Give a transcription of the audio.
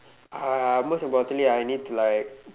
uh most importantly I need like